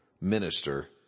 minister